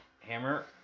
Hammer